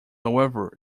however